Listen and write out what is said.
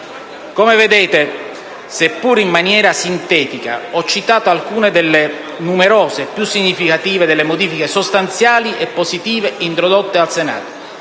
Come vedete, seppure in maniera sintetica, ho citato alcune delle numerose e più significative modifiche sostanziali e positive introdotte dal Senato